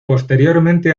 posteriormente